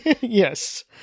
Yes